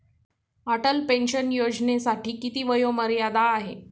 Atal pension योजनेसाठी किती वयोमर्यादा आहे?